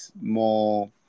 more